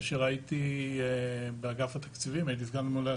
כאשר הייתי באגף התקציבים הייתי סגן הממונה על